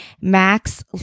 Max